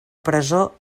presó